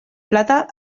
plata